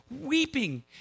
weeping